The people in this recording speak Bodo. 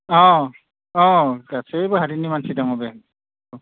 अ अ गासैबो हारिनि मानसि दङ बेहाय